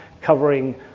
covering